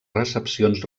recepcions